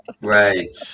Right